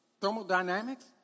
thermodynamics